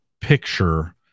picture